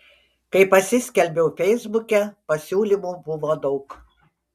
kai pasiskelbiau feisbuke pasiūlymų buvo daug